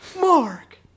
Mark